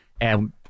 and-